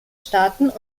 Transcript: staaten